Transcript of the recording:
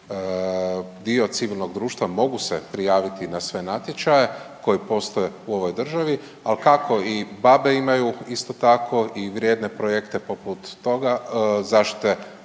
dio civilnog društva, mogu se prijaviti na sve natječaje koje postoje u ovoj državi ali kako i Babe imaju isto tako i vrijedne projekte poput toga zaštite